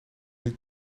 niet